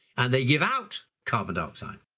and they give out carbon dioxide.